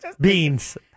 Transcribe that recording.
Beans